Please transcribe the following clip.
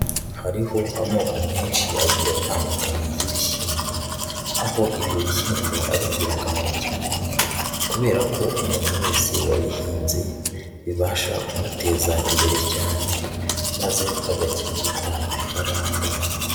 Hariho amoko menshi agiye atandukanye y'ibishyimbo, aho ibi bishyimbo ari ingirakamaro cyane kubera ko umuntu wese wabihinze bibasha kumuteza imbere cyane maze agakirigita ifaranga.